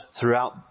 throughout